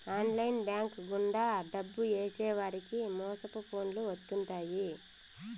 online bank గుండా డబ్బు ఏసేవారికి మోసపు ఫోన్లు వత్తుంటాయి